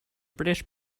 british